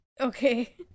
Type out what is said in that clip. Okay